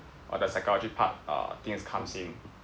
or the psychology part err things comes in